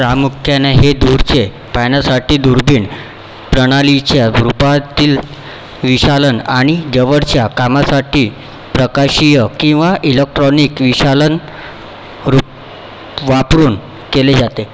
प्रामुख्याने हे दूरचे पाहण्यासाठी दुर्बीण प्रणालीच्या रूपातील विशालन आणि जवळच्या कामासाठी प्रकाशीय किंवा इलेक्ट्रॉनिक विशालन रूप वापरून केले जाते